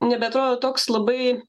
nebeatrodo toks labai